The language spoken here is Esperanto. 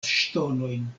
ŝtonojn